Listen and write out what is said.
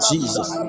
Jesus